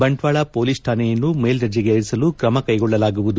Bantwal police ರಾಣೆಯನ್ನು ಮೇಲ್ದರ್ಜೆಗೇರಿಸಲು ಕ್ರಮ ಕೈಗೊಳ್ಳಲಾಗುವುದು